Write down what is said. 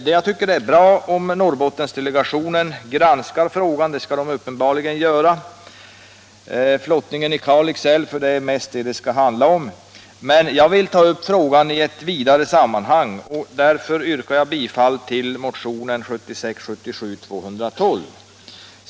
Det är bra om Norrbottensdelegationen granskar frågan om flottningen i Kalix älv — för det är det den skall göra — men jag vill ta upp frågan i ett vidare sammanhang och yrkar därför bifall till motionen 1976/77:212.